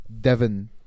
Devon